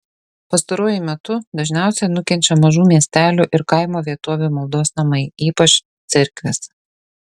pastaruoju metu dažniausia nukenčia mažų miestelių ir kaimo vietovių maldos namai ypač cerkvės